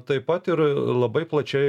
taip pat ir labai plačiai